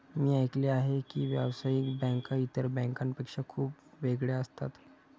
मी ऐकले आहे की व्यावसायिक बँका इतर बँकांपेक्षा खूप वेगळ्या असतात